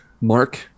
Mark